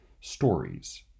stories